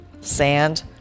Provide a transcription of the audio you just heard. sand